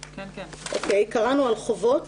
קראנו על חובות